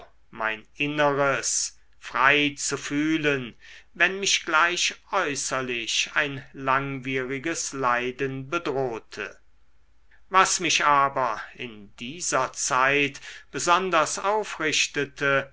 mein inneres frei zu fühlen wenn mich gleich äußerlich ein langwieriges leiden bedrohte was mich aber in dieser zeit besonders aufrichtete